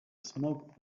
smoke